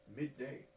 midday